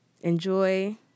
enjoy